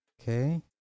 Okay